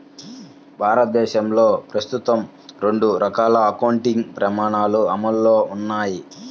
భారతదేశంలో ప్రస్తుతం రెండు రకాల అకౌంటింగ్ ప్రమాణాలు అమల్లో ఉన్నాయి